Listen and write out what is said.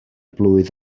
blwydd